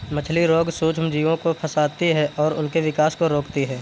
मछली रोग सूक्ष्मजीवों को फंसाती है और उनके विकास को रोकती है